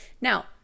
Now